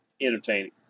entertaining